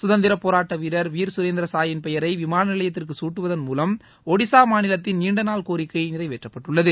சுதந்திரபோராட்ட வீரர் வீர் கரேந்திர சாயின் பெயரை விமான நிலையத்திற்கு சூட்டுவதன் மூலம் ஒடிசா மாநிலத்தின் நீண்ட நாள் கோரிக்கை நிறைவேற்றப்பட்டுள்ளது